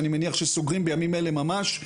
אני מניח שסוגרים בימים אלה ממש.